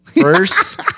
first